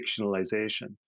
fictionalization